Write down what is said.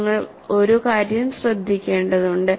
നിങ്ങൾ ഒരു കാര്യം ശ്രദ്ധിക്കേണ്ടതുണ്ട്